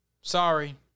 Sorry